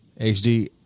HD